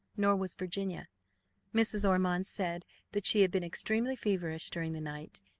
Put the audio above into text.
nor was virginia mrs. ormond said that she had been extremely feverish during the night,